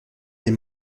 est